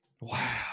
wow